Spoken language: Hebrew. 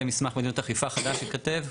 ומסמך מדיניות אכיפה חדש ייכתב?